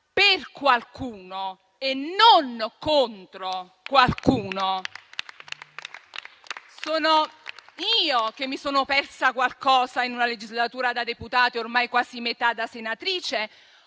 per qualcuno e non contro qualcuno? Sono io che mi sono persa qualcosa, in una legislatura da deputata e in una quasi a metà da senatrice?